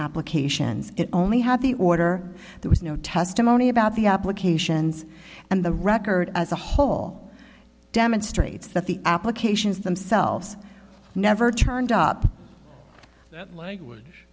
applications it only had the order there was no testimony about the applications and the record as a whole demonstrates that the applications themselves never turned up that language